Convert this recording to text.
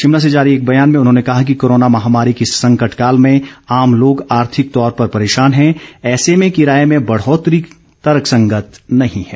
शिमला से जारी एक बयान में उन्होंने कहा कि कोरोना महामारी के इस संकटकाल में आम लोग आर्थिक तौर पर परेशान हैं ऐसे में किराए में बढोतरी तर्कसंगत नहीं है